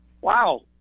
wow